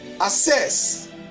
assess